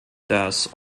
das